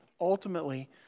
Ultimately